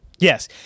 Yes